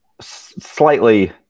slightly